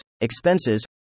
expenses